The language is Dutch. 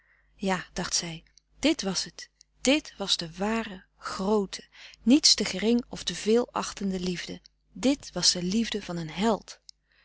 ja dacht zij dit was het dit was de ware groote niets te gering of te veel achtende liefde dit was de liefde van een held